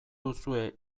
duzue